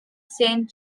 saint